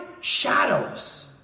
shadows